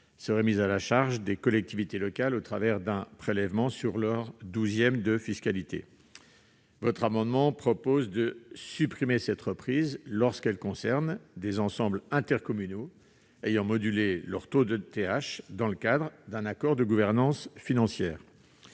être mise à la charge des collectivités territoriales par un prélèvement sur leurs douzièmes de fiscalité. Vous proposez de supprimer cette reprise lorsqu'elle concerne des ensembles intercommunaux ayant modulé leur taux de taxe d'habitation dans le cadre d'un accord de gouvernance financière.